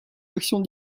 actions